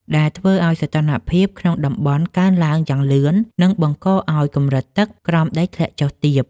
ដែលធ្វើឱ្យសីតុណ្ហភាពក្នុងតំបន់កើនឡើងយ៉ាងលឿន និងបង្កឱ្យកម្រិតទឹកក្រោមដីធ្លាក់ចុះទាប។